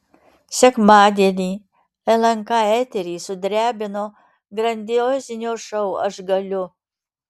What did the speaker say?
sekmadienį lnk eterį sudrebino grandiozinio šou aš galiu